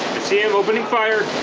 see him opening fire